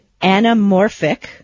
anamorphic